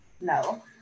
No